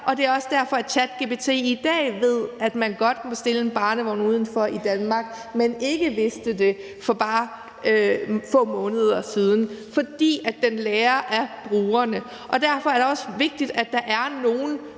og det er også derfor, at ChatGPT i dag ved, at man godt må stille en barnevogn udenfor i Danmark, men ikke vidste det for bare få måneder siden. Den lærer af brugerne. Derfor er det også vigtigt, at der er nogen